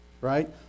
right